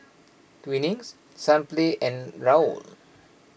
Twinings Sunplay and Raoul